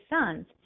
sons